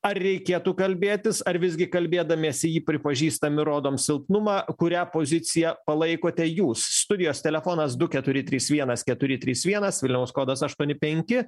ar reikėtų kalbėtis ar visgi kalbėdamiesi jį pripažįstam ir rodom silpnumą kurią poziciją palaikote jūs studijos telefonas du keturi trys vienas keturi trys vienas vilniaus kodas aštuoni penki